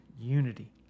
unity